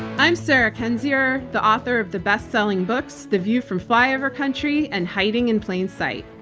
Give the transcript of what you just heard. i'm sarah kendzior, the author of the bestselling books, the view from flyover country, and hiding in plain sight.